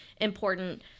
important